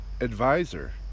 advisor